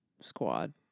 squad